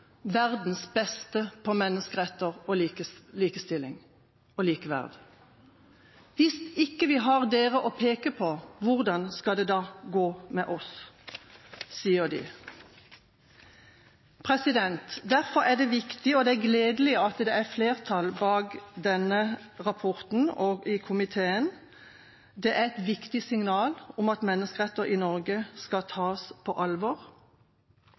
verdens beste på menneskeretter, likestilling og likeverd. Hvis ikke vi har dere å peke på, hvordan skal det da gå med oss? Derfor er det viktig, og gledelig, at flertallet i komiteen står bak denne rapporten. Det er et viktig signal om at menneskeretter i Norge skal tas på alvor.